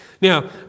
Now